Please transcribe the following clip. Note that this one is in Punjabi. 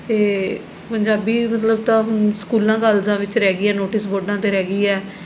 ਅਤੇ ਪੰਜਾਬੀ ਮਤਲਬ ਤਾਂ ਹੁਣ ਸਕੂਲਾਂ ਕਾਲਜਾਂ ਵਿੱਚ ਰਹਿ ਗਈ ਹੈ ਨੋਟਿਸ ਬੋਰਡਾਂ 'ਤੇ ਰਹਿ ਗਈ ਹੈ